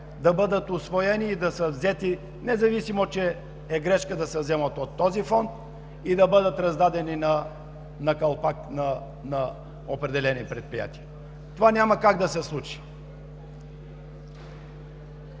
да бъдат усвоени и да са взети, независимо че е грешка да се вземат от този фонд и да бъдат раздадени на калпак на определени предприятия. Това няма как да се случи.